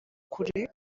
kure